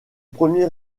premier